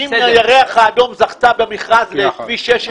הירח האדום זכתה במכרז לכביש 16